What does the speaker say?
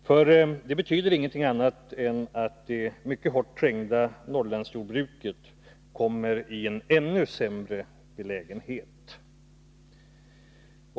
Detta betyder ingenting annat än att det mycket hårt trängda Norrlandsjordbruket kommer i en ännu sämre belägenhet.